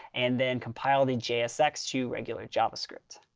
and then compile the jsx to regular javascript.